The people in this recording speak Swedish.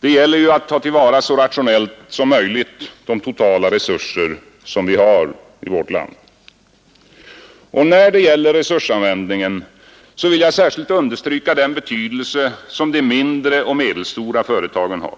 Det gäller ju att ta till vara så rationellt som möjligt de totala resurser som vi har i vårt land. När det gäller resursanvändningen vill jag särskilt understryka den betydelse som de mindre och medelstora företagen har.